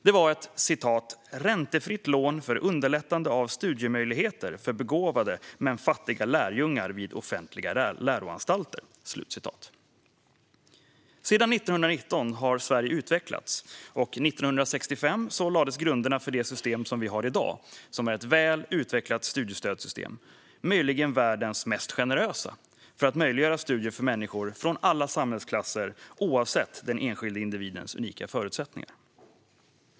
Det var ett "räntefritt lån för underlättande av studiemöjligheter för begåvade men fattiga lärjungar vid offentliga läroanstalter". Sedan 1919 har Sverige utvecklats, och 1965 lades grunderna för det system vi har i dag. Det är ett väl utvecklat studiestödssystem - möjligen världens mest generösa - för att möjliggöra studier för människor från alla samhällsklasser oavsett den enskilde individens unika förutsättningar.